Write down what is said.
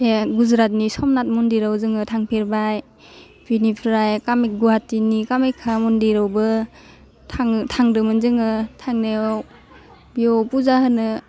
बे गुजुरातनि समनाथ मन्दिराव जोङो थांफेरबाय बिनिफ्राइ कामिक गवाहाटीनि कामाख्या मन्दिरावबो थां थादोंमोन जोङो थांनायाव बेयाव फुजा होनो